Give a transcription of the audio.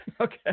Okay